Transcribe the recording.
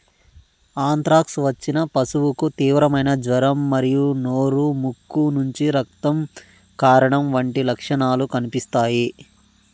anthrax వచ్చిన పశువుకు తీవ్రమైన జ్వరం మరియు నోరు, ముక్కు నుంచి రక్తం కారడం వంటి లక్షణాలు కనిపిస్తాయి